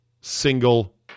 single